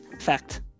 Fact